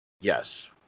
Yes